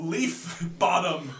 Leafbottom